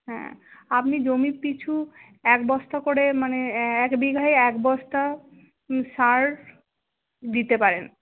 হ্যাঁ আপনি জমির পিছু এক বস্তা করে মানে এক বিঘায় এক বস্তা সার দিতে পারেন